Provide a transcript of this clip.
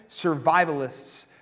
survivalists